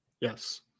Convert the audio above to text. Yes